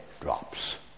drops